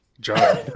John